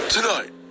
Tonight